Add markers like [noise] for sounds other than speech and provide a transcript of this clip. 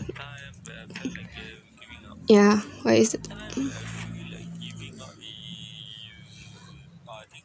yeah what is [noise]